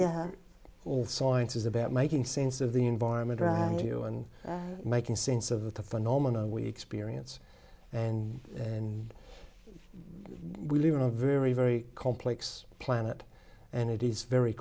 yeah well science is about making sense of the environment around you and making sense of the phenomena we experience and and we live in a very very complex planet and it is very